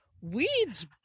weeds